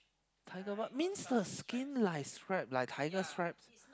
tiger but means the skin like strip like tiger strips